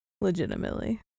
legitimately